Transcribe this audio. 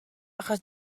achos